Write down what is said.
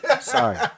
Sorry